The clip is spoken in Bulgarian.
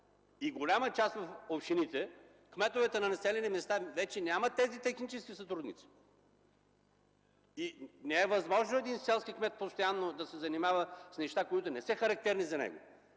В голямата част от общините кметовете на населени места вече нямат технически сътрудници. Не е възможно един селски кмет постоянно да се занимава с неща, които не са характерни за него.